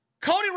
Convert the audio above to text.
Cody